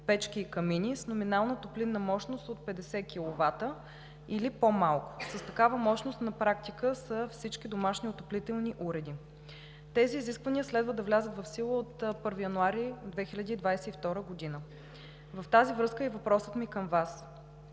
печки и камини, с номинална топлинна мощност от 50 киловата или по-малко. С такава мощност на практика са всички домашни отоплителни уреди. Тези изисквания следва да влязат в сила от 1 януари 2022 г. В тази връзка е и въпросът ми към Вас: